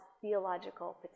theological